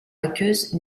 aqueuse